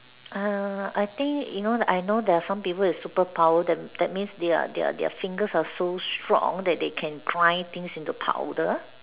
uh I think you know I know there are some people with superpower that that means their their their fingers are so strong that they can grind things into powder